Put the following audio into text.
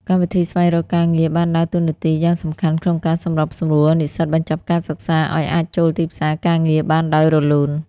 កម្មវិធីស្វែងរកការងារបានដើរតួនាទីយ៉ាងសំខាន់ក្នុងការសម្របសម្រួលនិស្សិតបញ្ចប់ការសិក្សាឱ្យអាចចូលទីផ្សារការងារបានដោយរលូន។